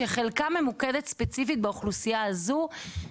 שחלקה ממוקד ספציפית באוכלוסייה הזו.